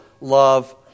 love